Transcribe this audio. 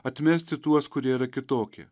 atmesti tuos kurie yra kitokie